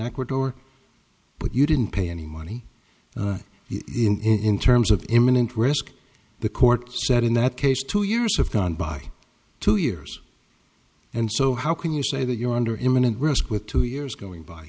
ecuador but you didn't pay any money in terms of imminent risk the court said in that case two years have gone by two years and so how can you say that you're under imminent risk with two years going by